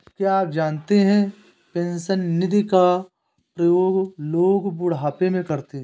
क्या आप जानते है पेंशन निधि का प्रयोग लोग बुढ़ापे में करते है?